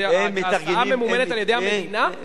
ההסעה הזו ממומנת על-ידי המדינה?